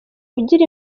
ugira